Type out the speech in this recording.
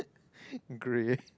grey